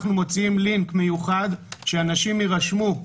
אנחנו מוציאים לינק מיוחד שאנשים יירשמו,